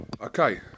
Okay